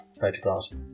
photographs